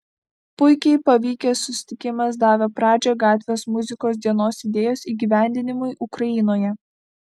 puikiai pavykęs susitikimas davė pradžią gatvės muzikos dienos idėjos įgyvendinimui ukrainoje